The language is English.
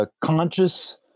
conscious